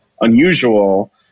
unusual